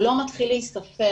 הוא לא מתחיל להיספר,